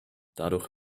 dadurch